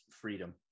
freedom